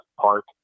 Park